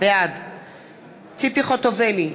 בעד ציפי חוטובלי,